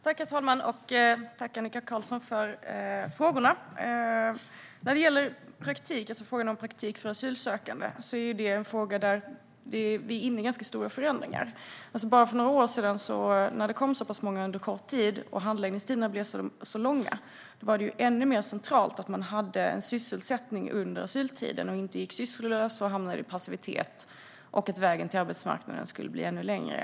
Herr talman! Tack, Annika Qarlsson, för frågorna! Vad gäller praktik för asylsökande är vi inne i ganska stora förändringar. När det för bara några år sedan kom väldigt många under kort tid blev handläggningstiderna långa, och det blev än mer centralt att människor hade en sysselsättning under asyltiden och inte gick sysslolösa och hamnade i passivitet. Annars hade vägen till arbetsmarknaden blivit ännu längre.